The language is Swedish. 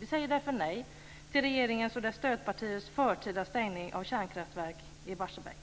Vi säger därför nej till regeringens och dess stödpartiers förtida stängning av kärnkraftverk i Barsebäck.